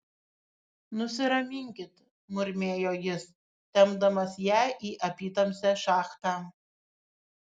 nusiraminkit murmėjo jis tempdamas ją į apytamsę šachtą